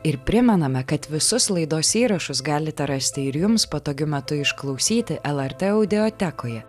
ir primename kad visus laidos įrašus galite rasti ir jums patogiu metu išklausyti el er tė audiotekoje